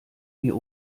mir